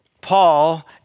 Paul